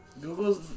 Google